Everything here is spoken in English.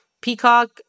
Peacock